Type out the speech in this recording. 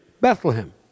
Bethlehem